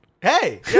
Hey